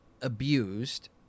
abused